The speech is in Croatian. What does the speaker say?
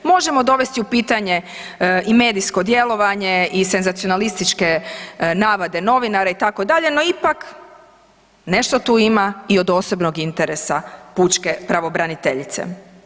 Možemo dovesti u pitanje i medijsko djelovanje i senzacionalističke navade novinara itd., no ipak nešto tu ima i od osobnog interesa pučke pravobraniteljice.